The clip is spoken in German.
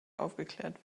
aufgeklärt